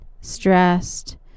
stressed